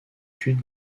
culs